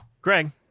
Greg